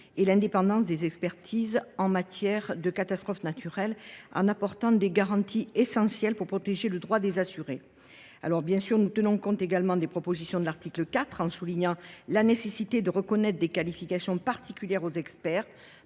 et l’indépendance des expertises en matière de catastrophe naturelle, en apportant des garanties essentielles pour protéger le droit des assurés. Nous tenons compte également des dispositions de l’article 4, en soulignant la nécessité de reconnaître des qualifications particulières aux experts